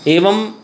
एवम्